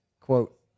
quote